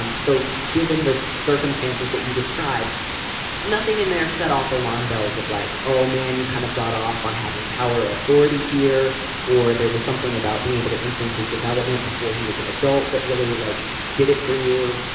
um so given the circumstances that you describe nothing in there set off alarm bells of like oh man you kind of got off on having power authority here or there was something about being able to influence his development before he was an adult that really like did it for you.